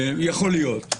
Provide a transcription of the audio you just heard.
יכול להיות.